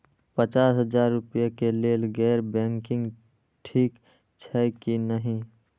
पचास हजार रुपए के लेल गैर बैंकिंग ठिक छै कि नहिं?